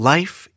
Life